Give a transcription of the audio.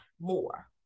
more